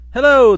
Hello